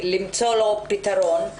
למצוא לו פתרון.